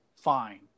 fine